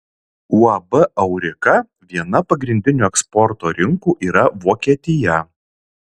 uab aurika viena pagrindinių eksporto rinkų yra vokietija